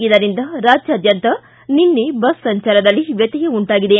ಇದರಿಂದ ರಾಜ್ಯಾದ್ಯಂತ ನಿನ್ನೆ ಬಸ್ ಸಂಚಾರದಲ್ಲಿ ವ್ಯತ್ಯಯ ಉಂಟಾಗಿದೆ